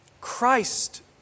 Christ